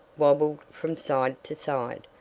wobbled from side to side.